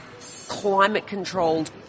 climate-controlled